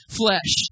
flesh